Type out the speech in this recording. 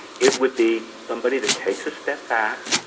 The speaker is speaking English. it would be somebody that takes a step back,